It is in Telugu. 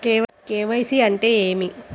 కే.వై.సి అంటే ఏమి?